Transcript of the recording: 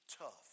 tough